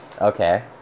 okay